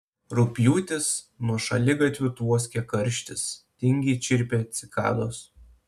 rugpjūtis nuo šaligatvių tvoskia karštis tingiai čirpia cikados